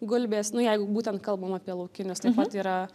gulbės nu jeigu būtent kalbam apie laukinius taip pat yra